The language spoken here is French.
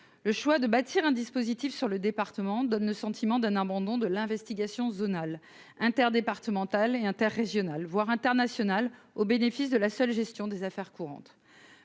le choix de bâtir un dispositif sur le département, donne le sentiment d'un abandon de l'investigation zonal interdépartementales et interrégionales, voire international, au bénéfice de la seule gestion des affaires courantes,